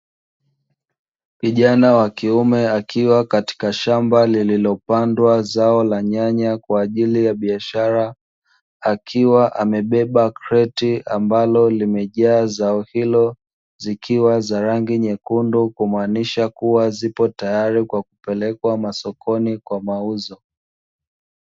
Kijana wa kiume akiwa katika shamba lililopandwa zao la nyanya kwa ajili ya biashara, akiwa amebeba kreti ambalo limejaa zao hilo, zikiwa za rangi nyekundu, kumaanisha kuwa zipo tayari kwa kupelekwa masokoni kwa mauzo.